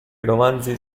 romanzi